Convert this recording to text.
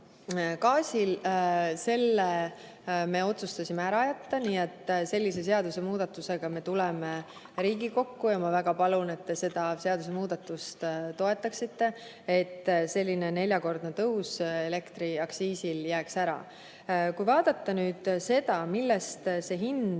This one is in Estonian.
gaasil. Selle me otsustasime ära jätta. Nii et sellise seadusemuudatusega me tuleme Riigikokku ja ma väga palun, et te seda seadusemuudatust toetaksite. Elektriaktsiisi neljakordne tõus jääks ära. Kui vaadata nüüd seda, kuidas see hind